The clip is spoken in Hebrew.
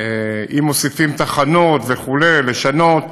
אם מוסיפים תחנות וכו' לשנות.